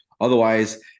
Otherwise